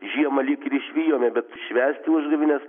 žiemą lyg ir išvijome bet švęsti užgavėnes